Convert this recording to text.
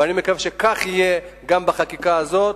ואני מקווה שכך יהיה גם בחקיקה הזו,